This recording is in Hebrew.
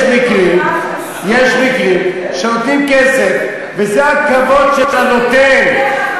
יש מקרים שנותנים כסף וזה הכבוד של הנותן,